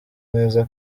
neza